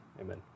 amen